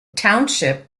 township